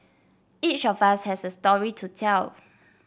each of us has a story to tell